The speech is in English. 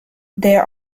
there